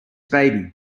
baby